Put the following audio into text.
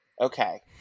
Okay